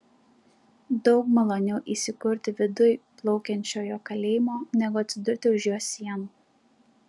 daug maloniau įsikurti viduj plaukiančiojo kalėjimo negu atsidurti už jo sienų